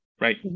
right